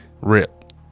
rip